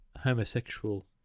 homosexual